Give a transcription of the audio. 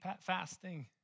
fasting